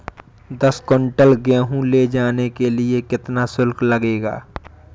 दस कुंटल गेहूँ ले जाने के लिए कितना शुल्क लगेगा?